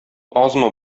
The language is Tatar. азмы